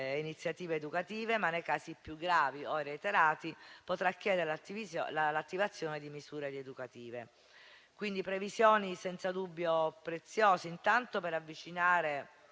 iniziative educative, ma nei casi più gravi o reiterati potrà chiedere l'attivazione di misura rieducative. Si tratta quindi di previsioni senza dubbio preziose, intanto per avvicinare